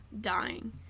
dying